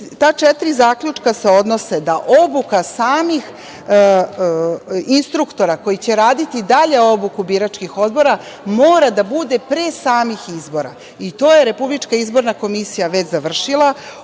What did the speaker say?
Ta četiri zaključka se odnose da obuka samih instruktora koji će raditi dalje obuku biračkih odbora mora da bude pre samih izbora. I to je Republička izborna komisija već završila.